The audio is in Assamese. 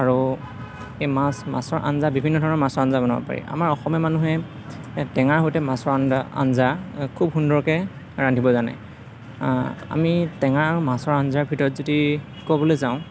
আৰু এই মাছ মাছৰ আঞ্জা বিভিন্ন ধৰণৰ মাছৰ আঞ্জা বনাব পাৰি আমাৰ অসমীয়া মানুহে টেঙাৰ সৈতে মাছৰ আঞ্জা খুব সুন্দৰকৈ ৰান্ধিব জানে আমি টেঙা মাছৰ আঞ্জাৰ ভিতৰত যদি ক'বলৈ যাওঁ